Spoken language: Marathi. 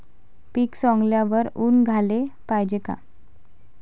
पीक सवंगल्यावर ऊन द्याले पायजे का?